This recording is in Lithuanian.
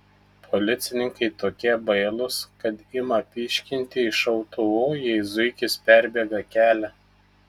policininkai tokie bailūs kad ima pyškinti iš šautuvų jei zuikis perbėga kelią